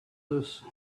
this